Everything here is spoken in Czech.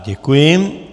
Děkuji.